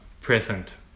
present